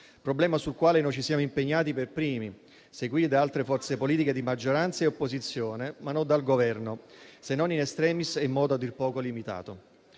problema sul quale noi ci siamo impegnati per primi, seguiti da altre forze politiche di maggioranza e opposizione, ma non dal Governo, se non *in extremis* e in modo a dir poco limitato.